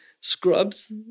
scrubs